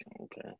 Okay